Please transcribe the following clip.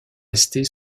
restée